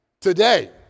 today